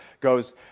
goes